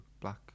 black